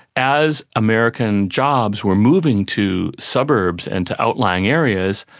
as american jobs were moving to suburbs and to outlying areas,